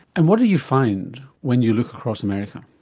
and what do you find when you look across america?